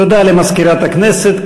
תודה למזכירת הכנסת.